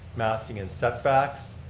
massing and setbacks.